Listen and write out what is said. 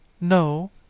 No